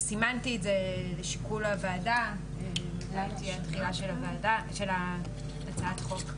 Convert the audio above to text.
סימנתי את זה לשיקול הוועדה מתי תהיה התחילה של הצעת החוק.